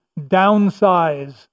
downsize